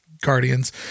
guardians